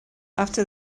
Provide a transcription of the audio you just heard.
after